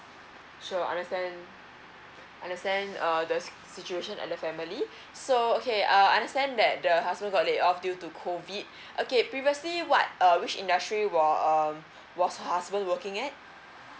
sure understand understand uh the situation in the family so okay uh understand that the husband got laid off due to COVID okay previously what uh which industry were um was husband working at